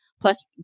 plus